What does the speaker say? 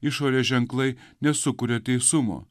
išorės ženklai nesukuria teisumo